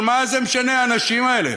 אבל זה מה משנה, האנשים האלה,